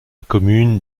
commune